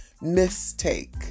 mistake